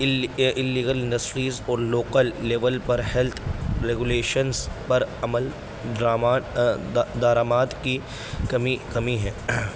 illegal industries اور local level پر health regulations پر عمل درام دارامات کی کمی کمی ہے